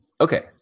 Okay